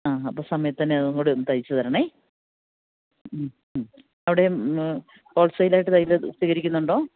ആ അപ്പോള് സമയത്തുതന്നെ അതുംകൂടെയൊന്ന് തയ്ച്ചുതരണം മ്മ് മ്മ് അവിടെയും ഹോൾസെയിലായിട്ട് തയ്യല് സ്വീകരിക്കുന്നുണ്ടോ